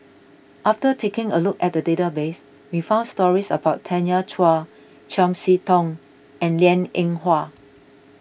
after taking a look at the database we found stories about Tanya Chua Chiam See Tong and Liang Eng Hwa